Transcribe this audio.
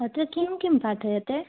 अत्र किं किं पाठ्यते